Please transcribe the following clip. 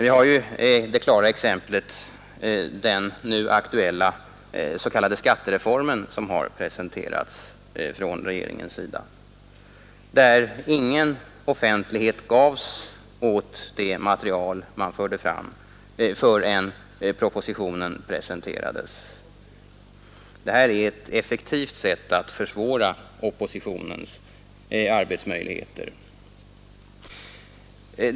Vi har ett klart exempel i den nu aktuella s.k. skattereform som presenterats från regeringens sida. Ingen offentlighet gavs åt det material man förde fram förrän propositionen presenterades. Detta är ett effektivt sätt att försvåra oppositionens arbetsmöjligheter.